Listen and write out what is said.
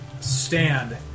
stand